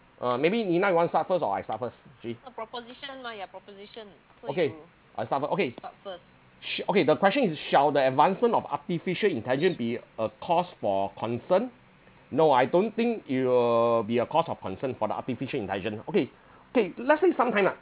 uh maybe nina you want to start first or I start first actually okay I start first okay sh~ okay the question is shall the advancement of artificial intelligent be a cause for concern no I don't think it will be a cause of concern for the artificial intelligence okay okay let's say sometime lah